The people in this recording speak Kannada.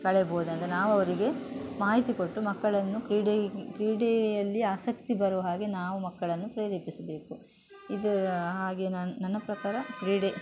ಕಳೆಬೋದು ಅಂತ ನಾವವರಿಗೆ ಮಾಹಿತಿ ಕೊಟ್ಟು ಮಕ್ಕಳನ್ನು ಕ್ರೀಡೆ ಕ್ರೀಡೆಯಲ್ಲಿ ಆಸಕ್ತಿ ಬರುವ ಹಾಗೆ ನಾವು ಮಕ್ಕಳನ್ನು ಪ್ರೇರಿಪಿಸಬೇಕು ಇದು ಹಾಗೆ ನನ್ನ ಪ್ರಕಾರ ಕ್ರೀಡೆ